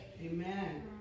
Amen